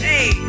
Hey